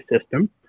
system